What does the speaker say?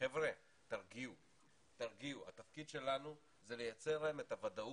אני חייב להגיד לך שאני גם שומע אותך ואני אפילו מזדהה לגמרי,